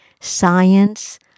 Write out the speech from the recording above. science